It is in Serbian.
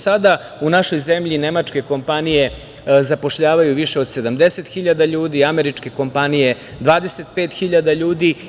Sada u našoj zemlji nemačke kompanije zapošljavaju više od 70.000 ljudi, američke kompanije 25.000 ljudi.